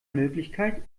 möglichkeit